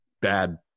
bad